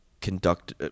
Conduct